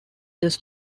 does